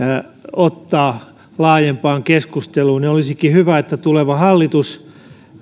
ottaa laajempaan keskusteluun ja olisikin hyvä että tuleva hallitus